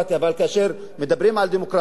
אבל כאשר מדברים על דמוקרטיה,